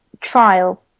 trial